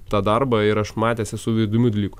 tą darbą ir aš matęs esu įdomių dalykų